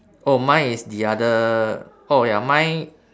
oh mine is the other oh ya mine